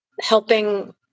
Helping